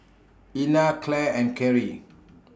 Ina Clare and Carie